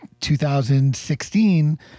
2016